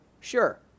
sure